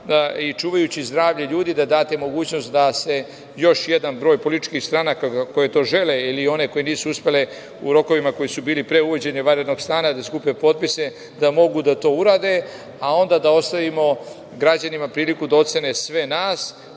i čuvajući zdravlje ljudi da date mogućnost da se još jedan broj političkih stranaka koje to žele ili one koje nisu uspele u rokovima koji su bili pre uvođenja vanrednog stanja da skupe potpise da mogu to da urade, a onda da ostavimo građanima priliku da ocene sve nas